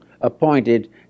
appointed